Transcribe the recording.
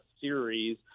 series